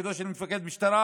תפקידו של מפקד משטרה